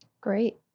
Great